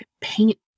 paint